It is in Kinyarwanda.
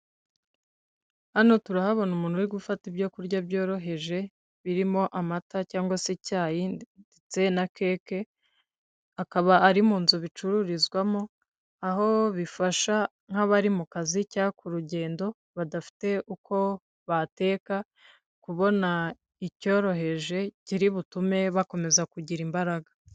Hano turahabona umuntu uri gufata ibyo kurya byoroheje, birimo amata cyangwa se icyayi ndetse na keke, akaba ari mu nzu bicururizwamo, aho bifasha nk'abari mu kazi cyangwa ku rugendo badafite uko bateka, kubona icyoroheje, kiri butume bakomeza kugira imbaraga.